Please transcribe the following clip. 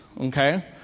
okay